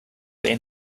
been